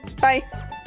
Bye